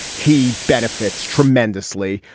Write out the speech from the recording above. he benefits tremendously,